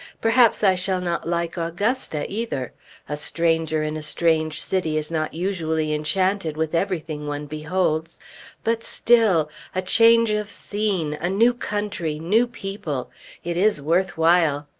perhaps i shall not like augusta either a stranger in a strange city is not usually enchanted with everything one beholds but still a change of scene a new country new people it is worth while!